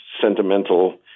sentimental